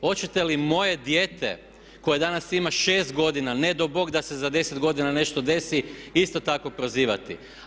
Hoćete li moje dijete koje danas ima 6 godina, ne dao Bog da se za 10 godina nešto desi isto tako prozivati?